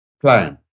plan